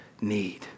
need